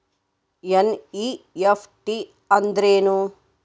NEFT ಅಂದ್ರೆನು?